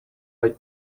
like